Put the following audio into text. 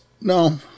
no